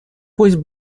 пусть